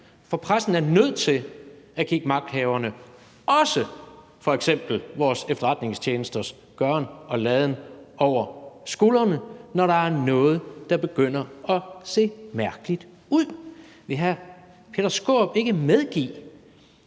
For pressen er nødt til at kigge magthaverne, også f.eks. vores efterretningstjenesters gøren og laden, over skulderen, når der er noget, der begynder at se mærkeligt ud. Vil hr. Peter Skaarup ikke medgive,